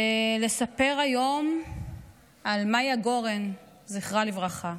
ולספר היום על מיה גורן, זכרה לברכה,